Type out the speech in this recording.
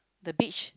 the beach